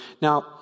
Now